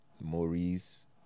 Maurice